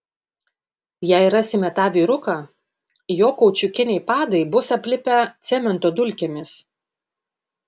jei rasime tą vyruką jo kaučiukiniai padai bus aplipę cemento dulkėmis